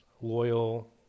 loyal